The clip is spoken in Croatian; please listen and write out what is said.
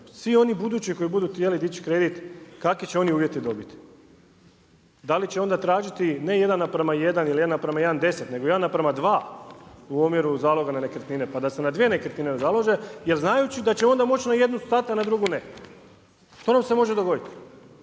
svi oni budući koji budu htjeli dići kredit, kakve će oni uvjete dobit. Da li će onda tražiti ne 1:1 ili…/Govornik se ne razumije./…nego 1:2 u omjeru zaloga na nekretnine pa da se na dvije nekretnine založe, jer znajući da će onda moći na jednu stat a na drugu ne. To nam se može dogodit.